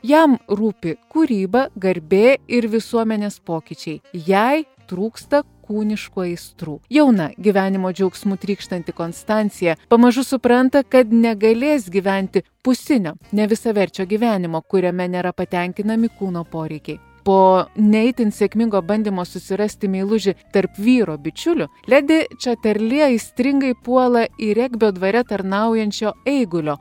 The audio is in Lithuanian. jam rūpi kūryba garbė ir visuomenės pokyčiai jai trūksta kūniškų aistrų jauna gyvenimo džiaugsmu trykštanti konstancija pamažu supranta kad negalės gyventi pusinio nevisaverčio gyvenimo kuriame nėra patenkinami kūno poreikiai po ne itin sėkmingo bandymo susirasti meilužį tarp vyro bičiulių ledi čaterli aistringai puola į regbio dvare tarnaujančio eigulio